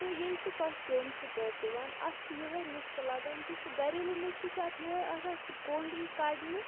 تہٕ ییٚلہِ تہِ کانٛہہ کیوٚم چھُ ٹھوٚپ دِوان اَتھ چھِ یِہوٚے نُسکہٕ لگان کہِ سُہ گَریلوٗ نُسخہٕ چھُ اَتھ یِہوٚے آسان سُہ کوٚنٛڈ یی کَڑنہٕ